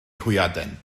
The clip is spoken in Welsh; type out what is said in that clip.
hwyaden